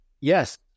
Yes